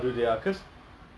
to be undercover